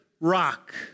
rock